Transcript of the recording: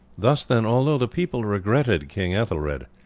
thus, then, although the people regretted king ethelred,